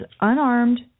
unarmed